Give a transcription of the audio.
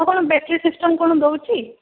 ଆଉ କ'ଣ battery system କ'ଣ ଦେଉଛି